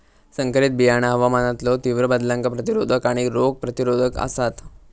संकरित बियाणा हवामानातलो तीव्र बदलांका प्रतिरोधक आणि रोग प्रतिरोधक आसात